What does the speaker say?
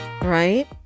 right